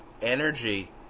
energy